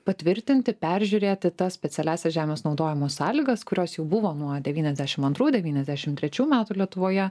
patvirtinti peržiūrėti tas specialiąsias žemės naudojimo sąlygas kurios jau buvo nuo devyniasdešim antrų devyniasdešim trečių metų lietuvoje